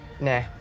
Nah